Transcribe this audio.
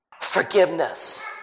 Forgiveness